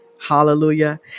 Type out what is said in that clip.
hallelujah